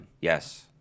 Yes